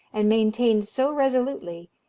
and maintained so resolutely,